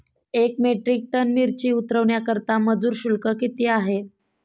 एक metric tonne मिरची उतरवण्याकरता मजूर शुल्क किती आहे?